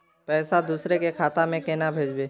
पैसा दूसरे के खाता में केना भेजबे?